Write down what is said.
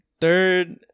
Third